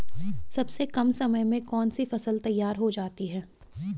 सबसे कम समय में कौन सी फसल तैयार हो जाती है?